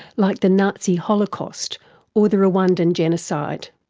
like the nazi holocaust or the rwandan genocide.